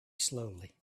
slowly